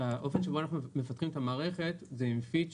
האופן שבו אנחנו מפתחים את המערכת זה עם feature